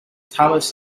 thomas